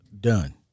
Done